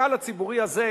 הגל הציבורי הזה,